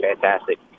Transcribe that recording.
fantastic